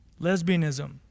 Lesbianism